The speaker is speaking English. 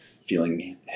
feeling